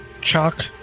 Chuck